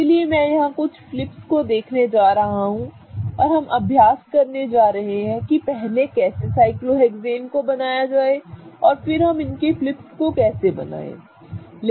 इसलिए मैं यहाँ कुछ फ्लिपस को देखने जा रहा हूँ और हम अभ्यास करने जा रहे हैं कि पहले कैसे साइक्लोहेक्सेन को बनाया जाए और फिर हम इनके फ्लिपस बनाएंगे ठीक है